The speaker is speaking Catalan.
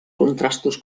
contrastos